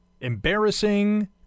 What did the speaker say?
Embarrassing